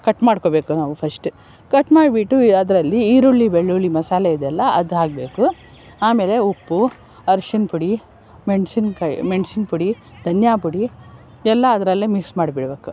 cut ಮಾಡ್ಕೋಬೇಕು ನಾವು first cut ಮಾಡಿಬಿಟ್ಟು ಅದರಲ್ಲಿ ಈರುಳ್ಳಿ ಬೆಳ್ಳುಳ್ಳಿ ಮಸಾಲೆ ಇದೆಯಲ್ಲ ಅದು ಹಾಕಬೇಕು ಆಮೇಲೆ ಉಪ್ಪು ಅರ್ಶಿನ ಪುಡಿ ಮೆಣ್ಸಿನ ಕಾಯಿ ಮೆಣ್ಸಿನ ಪುಡಿ ಧನಿಯಾ ಪುಡಿ ಎಲ್ಲ ಅದರಲ್ಲೇ ಮಿಕ್ಸ್ ಮಾಡಿ ಬಿಡ್ಬೇಕು